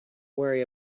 worry